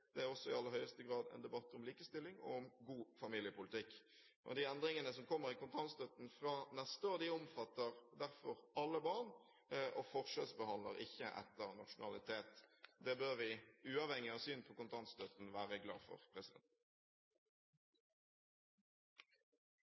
det er også i aller høyeste grad en debatt om likestilling og om god familiepolitikk. De endringene som kommer i kontantstøtten fra neste år, omfatter derfor alle barn og forskjellsbehandler ikke etter nasjonalitet. Det bør vi, uavhengig av syn på kontantstøtten, være glad for.